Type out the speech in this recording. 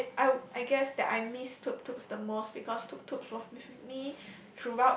I I I guess that I miss Tuktuk the most because Tuktuk was with me